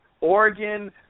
Oregon